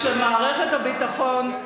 כשמערכת הביטחון,